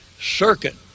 circuit